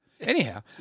Anyhow